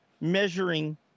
measuring